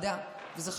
הוועדה, וזה חשוב,